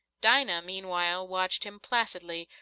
dinah, meanwhile, watched him placidly,